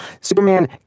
superman